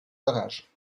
orages